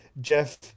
Jeff